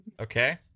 Okay